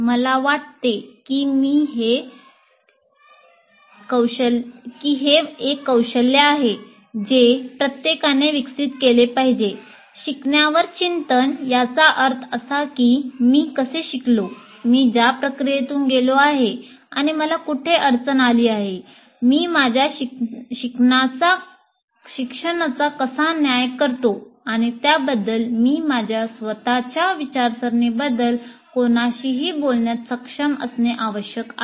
मला वाटते की हे एक कौशल्य आहे जे प्रत्येकाने विकसित केले पाहिजे शिकण्यावर चिंतन याचा अर्थ असा की मी कसे शिकलो मी ज्या प्रक्रियेतून गेलो आहे आणि मला कुठे अडचण आली आहे मी माझ्या शिक्षणाचा कसा न्याय करतो आणि त्याबद्दल मी माझ्या स्वत च्या विचारसरणीबद्दल कोणाशीही बोलण्यात सक्षम असणे आवश्यक आहे